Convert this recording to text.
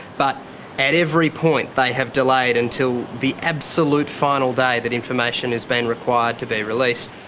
but at every point they have delayed until the absolute final day that information has been required to be released.